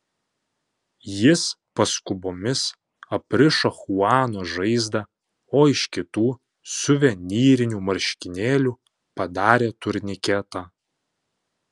jis paskubomis aprišo chuano žaizdą o iš kitų suvenyrinių marškinėlių padarė turniketą